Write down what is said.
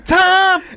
time